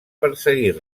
perseguir